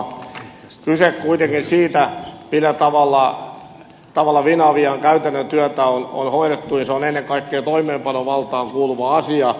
kyse on kuitenkin siitä millä tavalla finavian käytännön työtä on hoidettu ja se on ennen kaikkea toimeenpanovaltaan kuuluva asia